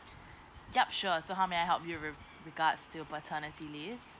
ya sure so how may I help you with regards to paternity leave